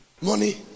Money